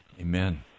Amen